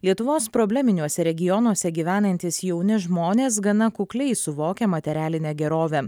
lietuvos probleminiuose regionuose gyvenantys jauni žmonės gana kukliai suvokia materialinę gerovę